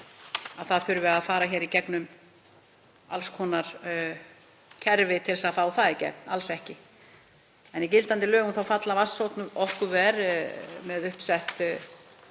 að það þurfi að fara í gegnum alls konar kerfi til að fá það í gegn, alls ekki. Í gildandi lögum falla vatnsorkuver með uppsett